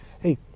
Hey